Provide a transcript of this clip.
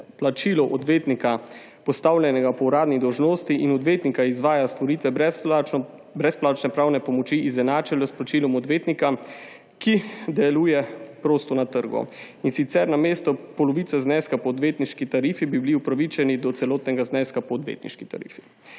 plačilo odvetnika, postavljenega po uradni dolžnosti, in odvetnika, ki izvaja storitve brezplačne pravne pomoči, izenačilo s plačilom odvetnika, ki deluje prosto na trgu, in sicer namesto polovice zneska po odvetniški tarifi bi bili upravičeni do celotnega zneska po odvetniški tarifi.